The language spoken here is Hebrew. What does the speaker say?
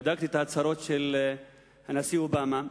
בדקתי את ההצהרות של הנשיא אובמה,